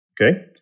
Okay